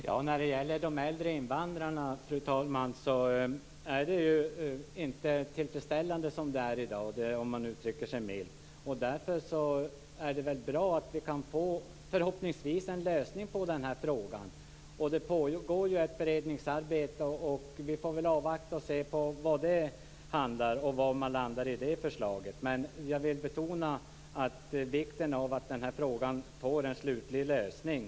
Fru talman! Situationen för de äldre invandrarna är inte tillfredsställande i dag - om man uttrycker sig milt. Därför är det bra att vi förhoppningsvis kan få en lösning på frågan. Det pågår ett beredningsarbete. Vi får väl avvakta och se vad det blir för förslag. Jag vill betona vikten av att frågan får en slutlig lösning.